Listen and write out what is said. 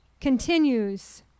continues